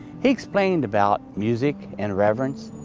he explained about music and reverence.